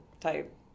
type